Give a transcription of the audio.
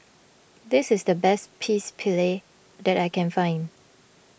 this is the best Pecel Lele that I can find